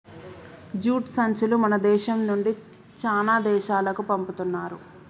jute సంచులు మన దేశం నుండి చానా దేశాలకు పంపుతున్నారు